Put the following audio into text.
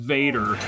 Vader